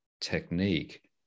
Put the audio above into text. technique